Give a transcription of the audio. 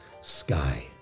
sky